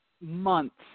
months